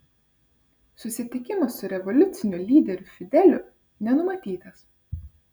susitikimas su revoliuciniu lyderiu fideliu nenumatytas